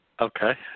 Okay